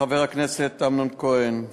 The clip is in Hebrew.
חבר הכנסת אמנון כהן,